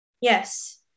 yes